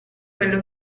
quello